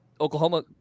Oklahoma